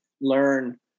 learn